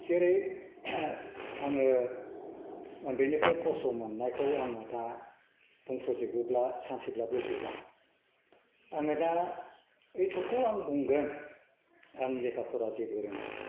जेरै आङो उन्दैनिफ्राय खस्थ' मोननायखौ आङो दा बुंथ्र'जोबोब्ला सानसेबाबो जोबा आङो दा एथ'खौ आं बुंगोन आं लेखा फरा जेबो रोङा